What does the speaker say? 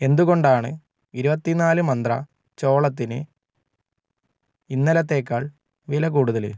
എന്തുകൊണ്ടാണ് ഇരുപത്തിനാല് മന്ത്ര ചോളത്തിന് ഇന്നലത്തേക്കാൾ വിലക്കൂടുതൽ